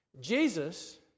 Jesus